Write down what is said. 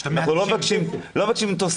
אנחנו לא מבקשים תוספות.